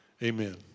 amen